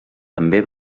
també